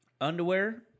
underwear